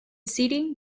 seating